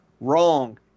Wrong